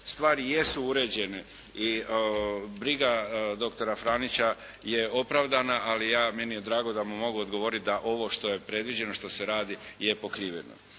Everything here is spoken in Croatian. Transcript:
stvari jesu uređene i briga doktora Franića je opravdana ali meni je drago da mu mogu odgovoriti da ovo što je predviđeno, što se radi je pokriveno.